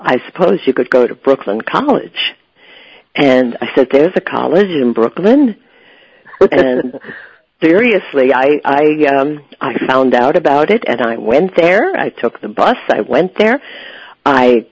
i suppose you could go to brooklyn college and i said there's a college in brooklyn and seriously i i found out about it and i went there i took the bus i went there i